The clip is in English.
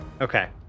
okay